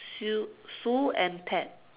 Sue Sue and pat